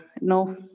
no